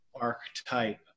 archetype